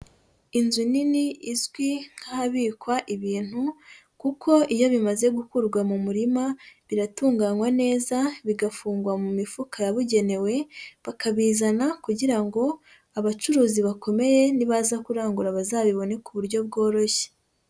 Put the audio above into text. Inzu nini izwi, nk'ahabikwa ibintu kuko iyo bimaze gukurwa mu murima, biratunganywa neza, bigafungwa mu mifuka yabugenewe, bakabizana, kugira ngo abacuruzi bakomeye nibaza kurangura bazabibone ku buryo bworoshye.